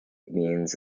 means